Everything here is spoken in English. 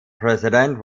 president